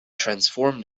transformed